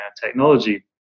technology